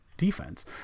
defense